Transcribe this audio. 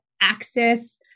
access